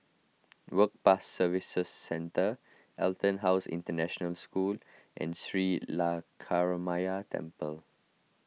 Work Pass Services Centre EtonHouse International School and Sri Lankaramaya Temple